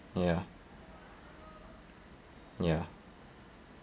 ya ya